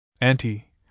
Auntie